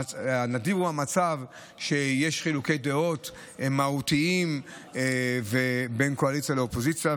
נדיר הוא המצב שיש חילוקי דעות מהותיים בין קואליציה לאופוזיציה,